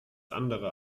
andere